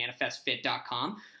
ManifestFit.com